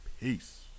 Peace